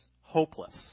hopeless